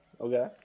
okay